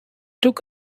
took